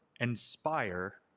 inspire